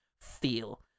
feel